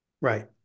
Right